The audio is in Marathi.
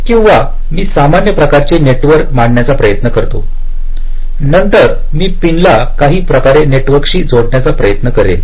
किंवा मी सामान्य प्रकारचे नेटवर्क मांडण्याचा प्रयत्न करतो नंतर मी पिनला काही प्रकारे नेटवर्कशी जोडण्याचा प्रयत्न करेन